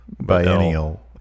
Biennial